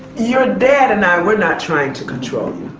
your dad and i, we're not trying to control you,